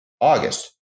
august